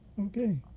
Okay